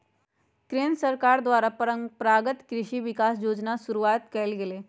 केंद्र सरकार द्वारा परंपरागत कृषि विकास योजना शुरूआत कइल गेलय